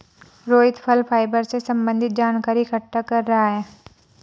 रोहित फल फाइबर से संबन्धित जानकारी इकट्ठा कर रहा है